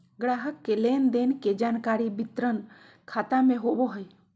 ग्राहक के लेन देन के जानकारी वितरण खाता में होबो हइ